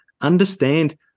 understand